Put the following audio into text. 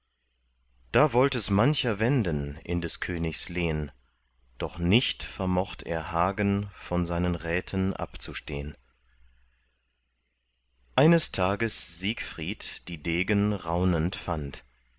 da wollt es mancher wenden in des königs lehn doch nicht vermocht er hagen von seinen räten abzustehn eines tages siegfried die degen raunend fand